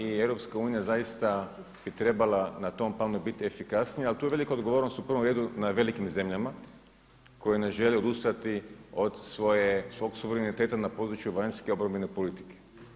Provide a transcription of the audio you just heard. I EU zaista bi trebala na tom planu trebala bit efikasnija, ali tu je velika odgovornost u prvom redu na velikim zemljama koje ne žele odustati od svog suvereniteta na području vanjske obrambene politike.